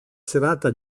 serata